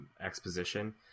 exposition